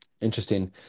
Interesting